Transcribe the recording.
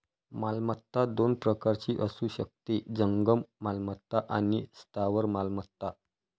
मालमत्ता दोन प्रकारची असू शकते, जंगम मालमत्ता आणि स्थावर मालमत्ता